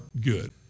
good